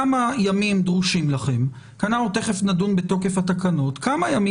כמה ימים דרושים לכם - תכף נדון בתוקף התקנות כדי